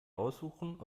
aussuchen